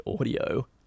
audio